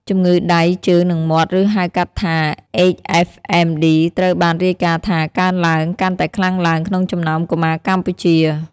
ជំងឺដៃ ជើង និងមាត់ ឬ ហៅកាត់ថា HFMD ត្រូវបានរាយការណ៍ថា កើនឡើងកាន់តែខ្លាំងឡើងក្នុងចំណោមកុមារកម្ពុជា។